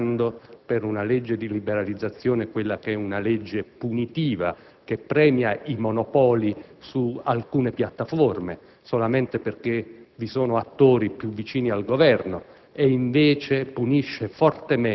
nell'ambito della televisione, spacciando per legge di liberalizzazione una legge punitiva, che premia i monopoli su alcune piattaforme solamente perché vi sono attori più vicini al Governo